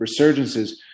resurgences